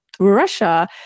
Russia